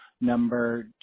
Number